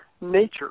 Nature